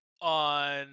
on